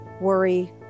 worry